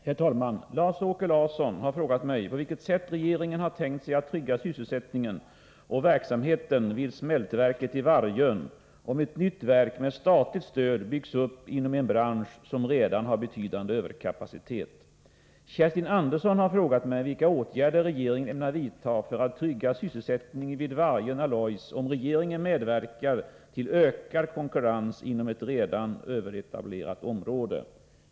Herr talman! Lars-Åke Larsson har frågat mig på vilket sätt regeringen har tänkt sig att trygga sysselsättningen och verksamheten vid smältverket i Vargön om ett nytt verk, med statligt stöd, byggs upp inom en bransch som redan har betydande överkapacitet. Kerstin Andersson har frågat mig vilka åtgärder regeringen ämnar vidta för att trygga sysselsättningen vid Vargön Alloys, om regeringen medverkar till ökad konkurrens inom ett redan överetablerat område.